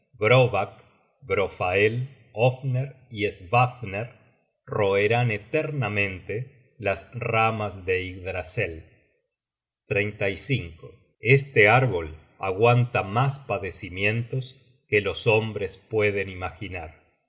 svafner roerán eternamente las ramas de yggdrasel o este árbol aguanta mas padecimientos que los hombres pueden imaginar